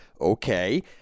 Okay